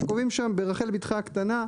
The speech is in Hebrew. וקובעים שם ברחל ביתך הקטנה.